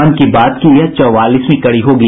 मन की बात की यह चौवालीसवीं कड़ी होगी